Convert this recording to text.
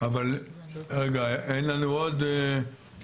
אבל רגע, אין לנו עוד משטרה?